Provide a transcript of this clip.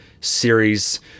series